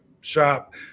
shop